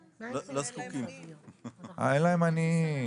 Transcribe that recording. אה, אין להם עניים.